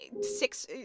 six